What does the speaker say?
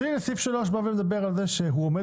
אז הנה סעיף (3) מדבר על זה שהוא עומד